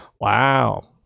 Wow